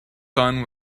son